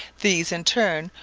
these, in turn,